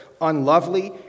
unlovely